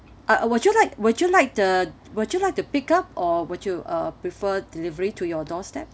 uh would you like would you like the would you like to pick up or would you uh prefer delivery to your doorstep